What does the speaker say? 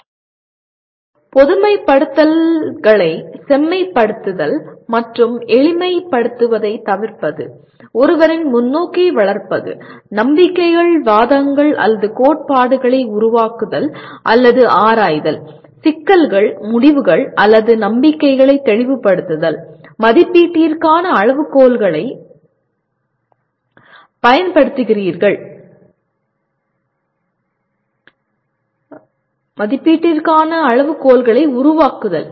மேலும் பொதுமைப்படுத்தல்களைச் செம்மைப்படுத்துதல் மற்றும் எளிமைப்படுத்துவதைத் தவிர்ப்பது ஒருவரின் முன்னோக்கை வளர்ப்பது நம்பிக்கைகள் வாதங்கள் அல்லது கோட்பாடுகளை உருவாக்குதல் அல்லது ஆராய்தல் சிக்கல்கள் முடிவுகள் அல்லது நம்பிக்கைகளை தெளிவுபடுத்துதல் மதிப்பீட்டிற்கான அளவுகோல்களை உருவாக்குதல்